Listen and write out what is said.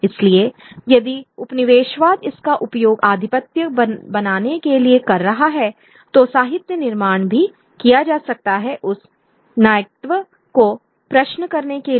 इसलिए यदि उपनिवेशवाद इसका उपयोग आधिपत्य बनाने के लिए कर रहा है तो साहित्य निर्माण भी किया जा सकता है उस नायकत्व को प्रश्न करने के लिए